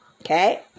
Okay